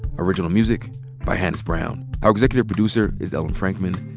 original music by hannis brown. our executive producer is ellen frankman.